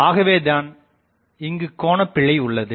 ஆகவேதான் இங்குக் கோணபிழை உள்ளது